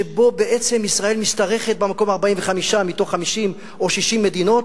שבו ישראל בעצם משתרכת במקום ה-45 מתוך 50 או 60 מדינות?